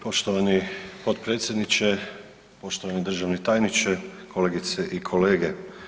Poštovani potpredsjedniče, poštovani državni tajniče, kolegice i kolege.